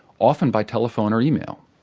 often by telephone or email.